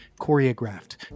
choreographed